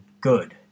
good